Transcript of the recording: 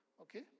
Okay